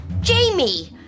Jamie